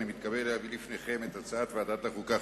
אני מתכבד להביא בפניכם את הצעת ועדת החוקה,